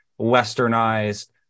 westernized